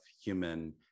human